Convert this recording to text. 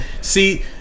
See